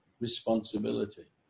responsibility